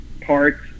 parts